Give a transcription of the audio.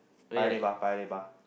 Paya-Lebar Paya-Lebar